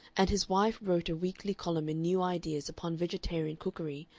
and his wife wrote a weekly column in new ideas upon vegetarian cookery,